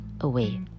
away